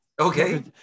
Okay